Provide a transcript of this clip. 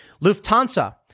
Lufthansa